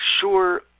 sure